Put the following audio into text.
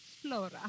Flora